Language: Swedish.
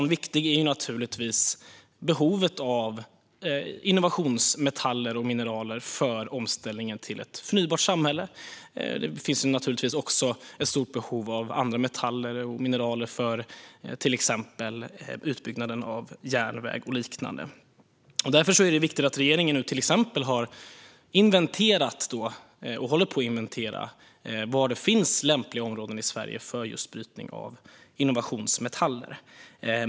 En viktig fråga är behovet av innovationsmetaller och mineraler för omställningen till ett förnybart samhälle. Det finns också ett stort behov av andra metaller och mineraler för till exempel utbyggnaden av järnväg och liknande. Därför är det viktigt att regeringen nu inventerar var det finns lämpliga områden i Sverige för brytning av just innovationsmetaller.